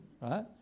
right